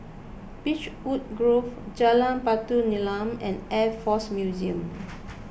Beechwood Grove Jalan Batu Nilam and Air force Museum